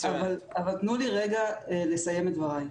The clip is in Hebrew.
תנו לי רגע לסיים את דבריי.